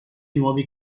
nuovi